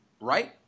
right